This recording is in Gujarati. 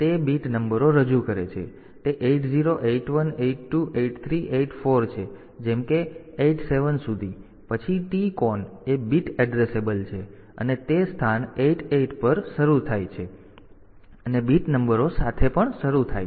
તેથી તે જે બીટ નંબરો રજૂ કરે છે તે 80 81 82 83 84 છે જેમ કે 87 સુધી પછી TCON એ બીટ એડ્રેસેબલ છે અને તે સ્થાન 88 પર શરૂ થાય છે અને બીટ નંબરો પણ સાથે શરૂ થાય છે